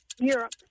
Europe